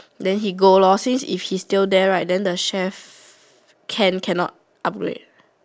then he go lor since if he still there right then the chef Ken can not upgrade